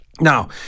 Now